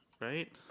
Right